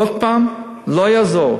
עוד הפעם, לא יעזור: